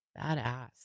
Badass